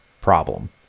problem